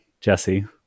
Jesse